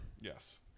Yes